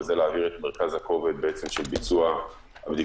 וזה להעביר את מרכז הכובד של ביצוע הבדיקות